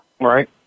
Right